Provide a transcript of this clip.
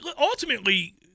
ultimately